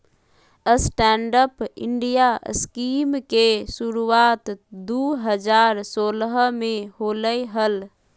stand up India scheme के शुरुआत दू हज़ार सोलह में होलय हल